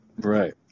Right